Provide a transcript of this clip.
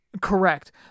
Correct